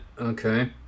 Okay